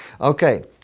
okay